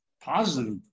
Positive